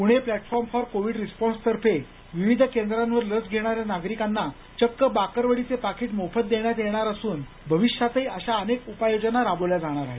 Pune platform for COVID response तर्फे विविध केंद्रांवर लस घेणाऱ्या नागरिकांना चक्क बाकरवडीचे पाकीट मोफत देण्यात येणार असून भविष्यातही अशा अनेक उपाय योजना राबवल्या जाणार आहेत